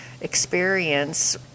experience